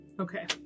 Okay